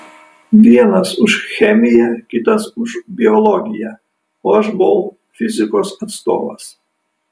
vienas už chemiją kitas už biologiją o aš buvau fizikos atstovas